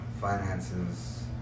finances